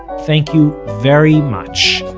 thank you very much,